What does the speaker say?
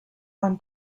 one